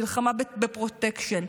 מלחמה בפרוטקשן.